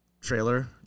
trailer